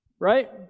right